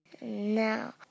No